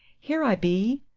here i be!